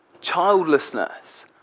childlessness